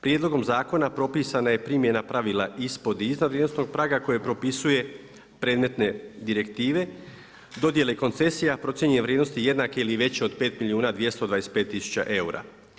Prijedlogom zakona propisana je primjena pravila ispod i iznad vrijednosnog praga koje propisuje predmetne direktive, dodjele koncesija, procijenjene vrijednosti jednake ili veće od 5 milijuna 225 tisuća eura.